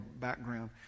background